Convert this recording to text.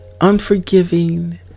unforgiving